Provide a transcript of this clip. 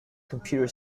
computer